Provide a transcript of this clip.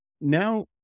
Now